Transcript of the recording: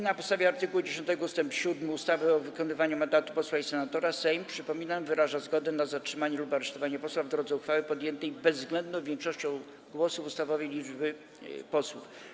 Na podstawie art. 10 ust. 7 ustawy o wykonywaniu mandatu posła i senatora Sejm wyraża zgodę na zatrzymanie lub aresztowanie posła w drodze uchwały podjętej bezwzględną większością głosów ustawowej liczby posłów.